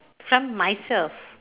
from myself